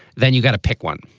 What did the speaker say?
then you got to pick one.